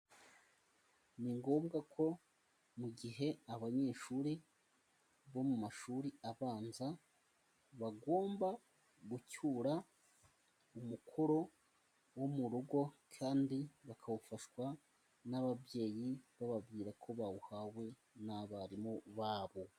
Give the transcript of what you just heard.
Ni ngombwa ko mu gihe abanyeshuri bo mu mashuri abanza bagomba gucyura umukoro wo mu rugo, kandi bakawufashwa n'ababyeyi bababwira ko bawuhawe n'abarimu bawo.